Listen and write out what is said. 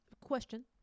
Question